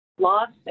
lost